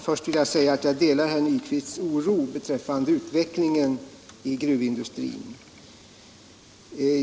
Herr talman! Jag delar herr Nyquists oro beträffande utvecklingen inom gruvindustrin.